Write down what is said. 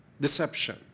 Deception